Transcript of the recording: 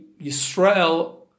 Yisrael